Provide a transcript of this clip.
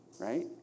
right